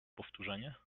powtórzenie